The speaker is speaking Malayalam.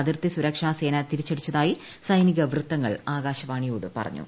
അതിർത്തി സുരക്ഷാസേന തിരിച്ചടിച്ചതായി സൈനിക വൃത്തങ്ങൾ ആകാശവാണിയോടു പറഞ്ഞു